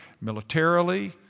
militarily